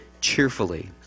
cheerfully